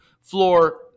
floor